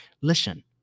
Listen